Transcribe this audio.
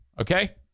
Okay